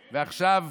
ועכשיו,